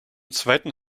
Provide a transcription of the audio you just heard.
zweiten